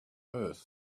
earth